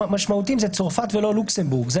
משמעותיים" זה צרפת ולא לוקסמבורג או ליכטנשטיין.